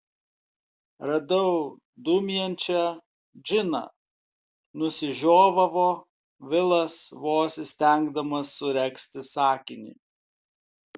radau dūmijančią džiną nusižiovavo vilas vos įstengdamas suregzti sakinį